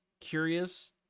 curious